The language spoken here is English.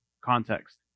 Context